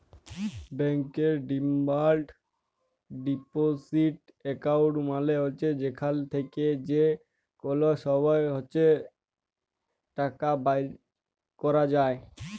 ব্যাংকের demand deposit account মালে হছে যেখাল থ্যাকে যে কল সময় ইছে টাকা বাইর ক্যরা যায়